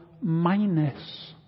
minus